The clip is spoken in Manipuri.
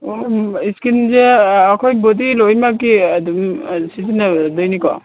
ꯁ꯭ꯀꯤꯟꯁꯦ ꯑꯩꯈꯣꯏ ꯕꯣꯗꯤ ꯂꯣꯏꯅꯃꯛꯀꯤ ꯑꯗꯨꯝ ꯁꯤꯖꯤꯟꯅꯗꯣꯏꯅꯤꯀꯣ